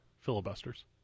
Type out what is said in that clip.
Filibusters